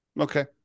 Okay